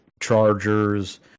Chargers